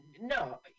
No